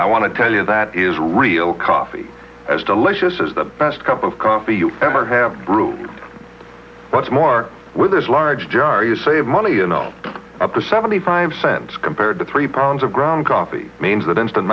i want to tell you that is real coffee as delicious as the best cup of coffee you ever have grouped much more with this large jar you save money you know up to seventy five cents compared to three pounds of ground coffee means that instant